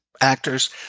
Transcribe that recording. actors